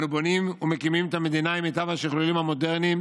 אנו בונים ומקימים את המדינה עם מיטב השכלולים המודרניים,